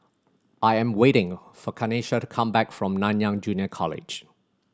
I am waiting for Kanesha to come back from Nanyang Junior College